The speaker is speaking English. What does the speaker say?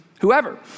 whoever